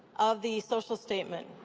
of the social statement.